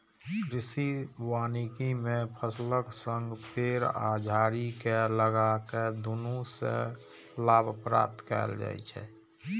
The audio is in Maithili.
कृषि वानिकी मे फसलक संग पेड़ आ झाड़ी कें लगाके दुनू सं लाभ प्राप्त कैल जाइ छै